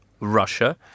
Russia